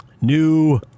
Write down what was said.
New